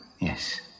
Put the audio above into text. Yes